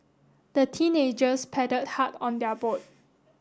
the teenagers paddled hard on their boat